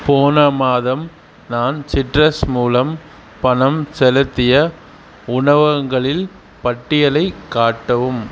போன மாதம் நான் சிட்ரஸ் மூலம் பணம் செலுத்திய உணவகங்களில் பட்டியலைக் காட்டவும்